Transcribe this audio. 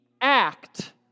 act